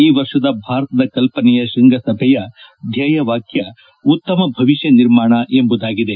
ಈ ವರ್ಷದ ಭಾರತದ ಕಲ್ಪನೆಯ ಶ್ವಂಗಸಭೆಯ ಧ್ವೇಯವಾಕ್ಷ ಉತ್ತಮ ಭವಿಷ್ಣ ನಿರ್ಮಾಣ ಎಂಬುದಾಗಿದೆ